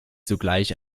sogleich